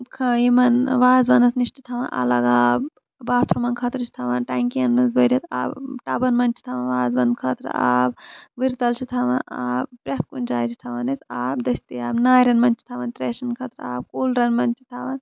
یِمن وازوانَس نِش چھِ تھاوان الگ آب باتھروٗمَن خٲطرٕ چھِ تھاوان ٹنکِین منٛز بٔرِتھ ٹبن منٛز چھُ تھاوان وازن خٲطرٕ آب وُرِ تل چھُ تھاوان آب پرٮ۪تھ کُنہِ جایہِ چھِ تھاوان أسۍ آب دٔستِیاب نارٮ۪ن منٛز چھِ تھاوان تریشن خٲطرٕ آب کوٗلرن منٛز چھِ تھاوان